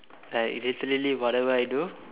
like literally whatever I do